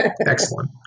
Excellent